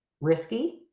risky